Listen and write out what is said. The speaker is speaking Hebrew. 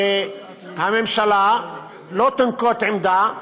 , משדרים גם שאין פה עניין של פופוליזם,